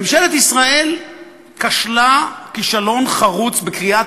ממשלת ישראל כשלה כישלון חרוץ בקריאת